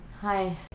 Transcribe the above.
Hi